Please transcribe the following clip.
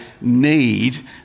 need